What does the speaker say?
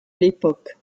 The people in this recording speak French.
l’époque